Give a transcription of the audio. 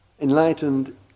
Enlightened